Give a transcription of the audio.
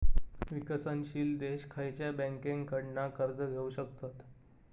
विकसनशील देश खयच्या बँकेंकडना कर्ज घेउ शकतत?